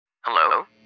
hello